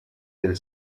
del